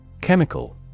Chemical